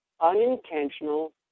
unintentional